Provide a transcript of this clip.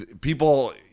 people